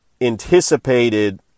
anticipated